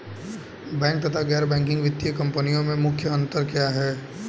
Bank तथा गैर banking वित्तीय कंपनियों में मुख्य अंतर क्या है?